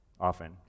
often